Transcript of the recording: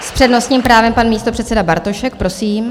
S přednostním právem pan místopředseda Bartošek, prosím.